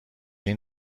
این